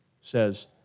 says